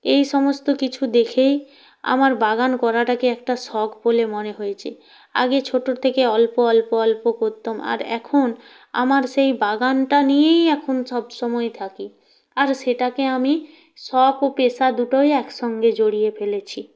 এই সমস্ত কিছু দেখেই আমার বাগান করাটাকে একটা শখ বলে মনে হয়েছে আগে ছোটর থেকে অল্প অল্প অল্প করতাম আর এখন আমার সেই বাগানটা নিয়েই এখন সবসময় থাকি আর সেটাকে আমি শখ ও পেশা দুটোই একসঙ্গে জড়িয়ে ফেলেছি